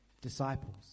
disciples